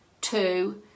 two